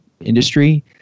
industry